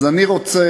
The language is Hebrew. אז אני רוצה,